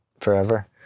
forever